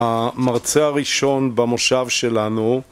המרצה הראשון במושב שלנו